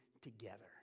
together